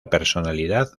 personalidad